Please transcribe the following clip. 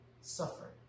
suffering